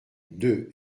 deux